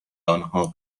آنها